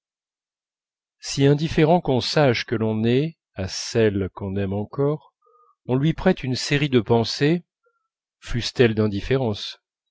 si indifférent qu'on sache que l'on est à celle qu'on aime encore on lui prête une série de pensées fussent-elles d'indifférence